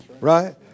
right